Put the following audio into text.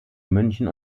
münchen